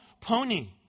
pony